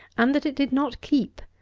and that it did not keep.